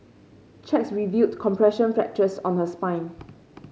checks revealed compression fractures on the spine